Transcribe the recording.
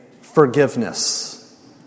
forgiveness